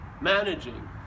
Managing